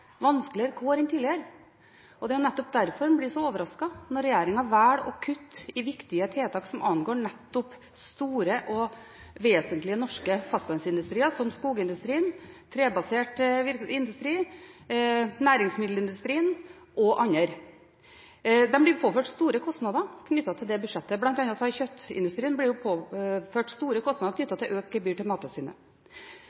vanskeligere kår enn tidligere. Det er nettopp derfor en blir så overrasket når regjeringen velger å kutte i viktige tiltak som angår nettopp store og vesentlige deler av norsk fastlandsindustri, som skogindustrien, trebasert industri, næringsmiddelindustrien og andre. De blir påført store kostnader med dette budsjettet. Blant annet blir kjøttindustrien påført store kostnader